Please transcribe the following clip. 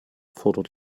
fordert